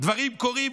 דברים קורים,